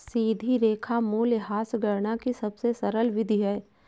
सीधी रेखा मूल्यह्रास गणना की सबसे सरल विधि है